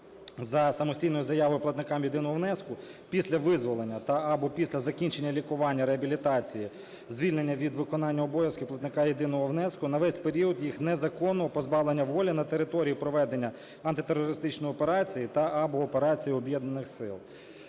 за самостійною заявою платникам єдиного внеску після визволення та/або після закінчення лікування (реабілітації) звільнення від виконання обов’язків платника єдиного внеску на весь період їх незаконного позбавлення волі на території проведення Антитерористичної операції та/або операції Об’єднаних сил.